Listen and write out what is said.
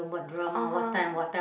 (uh huh)